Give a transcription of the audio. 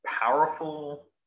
powerful